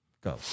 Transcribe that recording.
Go